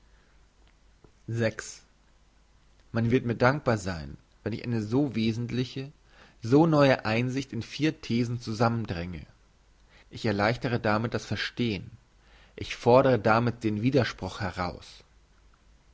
man wird mir dankbar sein wenn ich eine so wesentliche so neue einsicht in vier thesen zusammendränge ich erleichtere damit das verstehen ich fordere damit den widerspruch heraus